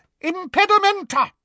Impedimenta